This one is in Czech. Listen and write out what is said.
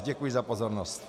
Děkuji za pozornost.